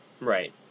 Right